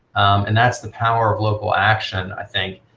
and that's the power of local action, i think,